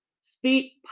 speak